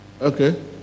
Okay